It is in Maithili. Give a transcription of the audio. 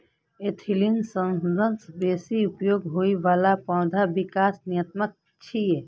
एथिलीन सबसं बेसी उपयोग होइ बला पौधा विकास नियामक छियै